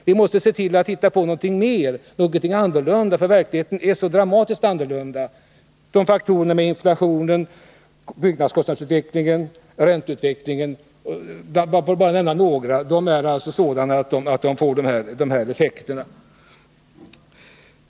Vi måste se till att hitta på något mer, något annorlunda, därför att verkligheten är så dramatiskt annorlunda. Sådana faktorer som inflationen, byggnadskostnadsutvecklingen, ränteutvecklingen — för att bara nämna några — får de här effekterna.